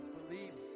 believe